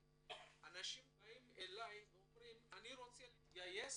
אנשים באים אלי ואומרים "אני רוצה להתגייס